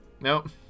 nope